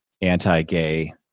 anti-gay